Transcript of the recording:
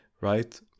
right